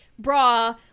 bra